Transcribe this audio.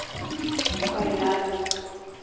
Wayanad